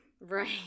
Right